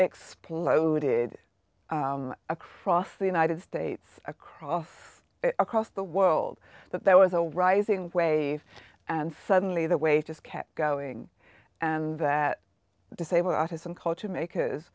exploded across the united states across across the world that there was a rising wave and suddenly the way just kept going and that disabled autism culture makers